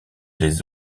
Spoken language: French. des